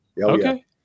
Okay